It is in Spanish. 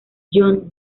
john